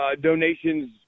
donations